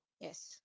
Yes